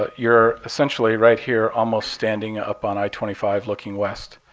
ah you're essentially right here, almost standing up on i twenty five looking west.